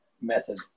method